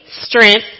strength